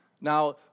Now